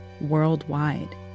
worldwide